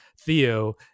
theo